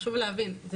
חשוב להבין,